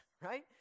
right